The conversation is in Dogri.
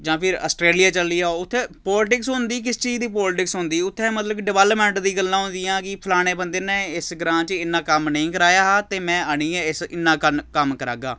जां फिर आस्ट्रेलिया चली जाओ उत्थै पोलक्टिस होंदी किस चीज दी पोलक्टिस होंदी उत्थै मतलब कि डिवल्पमेंट दियां गल्लां होंदियां कि फलाने बंदे ने इस ग्रांऽ च इन्ना कम्म नेईं कराया हा ते में आनियै इस इन्ना कन्न कम्म करागा